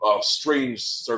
strange